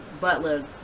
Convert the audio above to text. Butler